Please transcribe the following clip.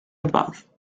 above